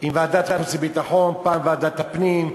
עם ועדת החוץ והביטחון, פעם עם ועדת הפנים,